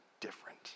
different